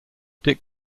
dick